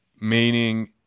meaning